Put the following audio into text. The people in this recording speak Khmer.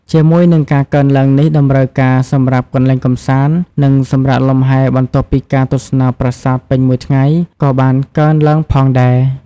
ជាមួយនឹងការកើនឡើងនេះ តម្រូវការសម្រាប់កន្លែងកម្សាន្ត និងសម្រាកលំហែបន្ទាប់ពីការទស្សនាប្រាសាទពេញមួយថ្ងៃ ក៏បានកើនឡើងផងដែរ។